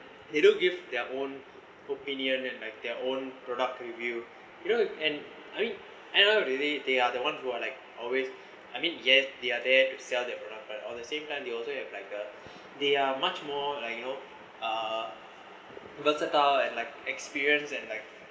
they don't give their own opinion and like their own product review you know and I mean I don't really they are the ones who are like always I mean yes they are there to sell their product but at the same time they also have like uh they are much more like you know uh versatile and like experienced and like